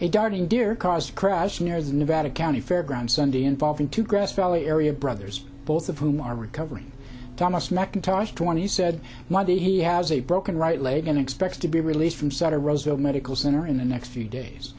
a darting deer caused a crash near the nevada county fairgrounds sunday involving two grass valley area brothers both of whom are recovering thomas mcintosh twenty said monday he has a broken right leg and expects to be released from sutter roseville medical center in the next few days